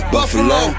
Buffalo